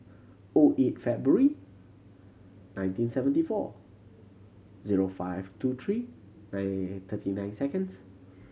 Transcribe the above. O eight February nineteen seventy four zero five two three nine eight eight thirty nine seconds